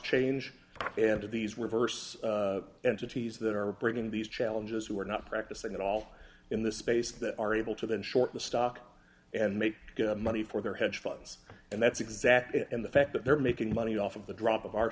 change and of these were vers entities that are bringing these challenges who are not practicing at all in the space that are able to then short the stock and make money for their hedge funds and that's exactly and the fact that they're making money off of the drop of our